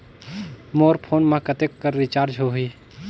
मोर phone मा कतेक कर रिचार्ज हो ही?